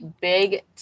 Big